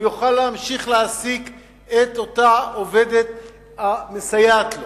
והוא יוכל להמשיך להעסיק את אותה עובדת המסייעת לו,